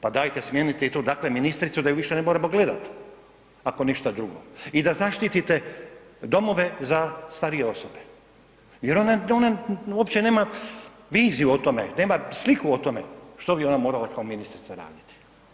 Pa dajte smijenite i tu dakle ministricu da ju više ne moramo gledati, ako ništa drugo i da zaštite domove za starije osobe jer ona, ona uopće nema viziju o tome, nema sliku o tome što bi ona morala kao ministrica raditi.